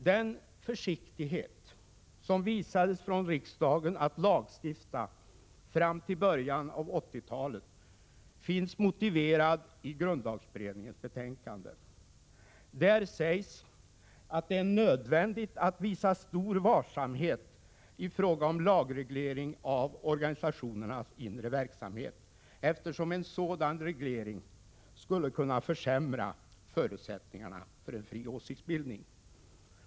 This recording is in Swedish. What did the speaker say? Den försiktighet när det gällde att lagstifta som visades från riksdagen fram till början av 1980-talet finns motiverad i grundlagberedningens betänkande. Där sägs att det är nödvändigt att visa stor varsamhet i fråga om lagreglering av organisationernas inre verksamhet, eftersom en sådan reglering skulle kunna försämra förutsättningarna för en fri åsiktsbildning.